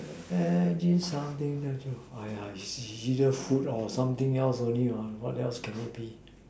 at is something that you it's either food or something else only what what else can it be